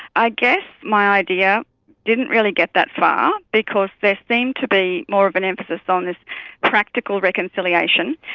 i guess my idea didn't really get that far because there seemed to be more of an emphasis on this practical reconciliation.